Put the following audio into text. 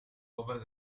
over